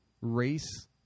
race